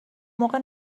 موقع